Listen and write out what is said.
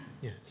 Yes